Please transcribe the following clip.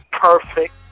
perfect